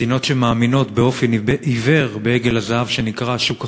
מדינות שמאמינות באופן עיוור בעגל הזהב שנקרא השוק החופשי,